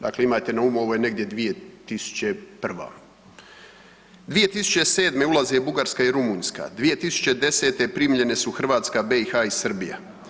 Dakle imajte na umu, ovo je negdje 2001. 2007. ulaze Bugarska i Rumunjska, 2010. primljene su Hrvatska, BiH i Srbija.